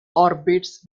orbits